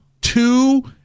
two